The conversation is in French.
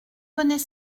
venez